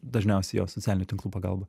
dažniausiai jo socialinių tinklų pagalba